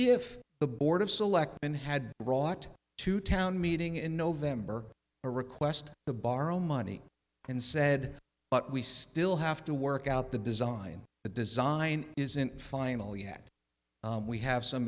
if the board of selectmen had brought to town meeting in november a request to borrow money and said but we still have to work out the design the design isn't final yet we have some